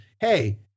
hey